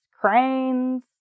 cranes